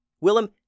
Willem